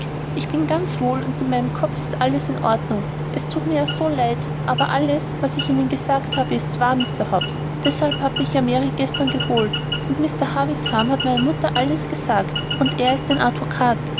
ich bin ganz wohl und in meinem kopfe ist alles in ordnung es thut mir ja so leid aber alles was ich ihnen gesagt habe ist wahr mr hobbs deshalb hat mich ja mary gestern geholt und mr havisham hat meiner mama alles gesagt und er ist ein advokat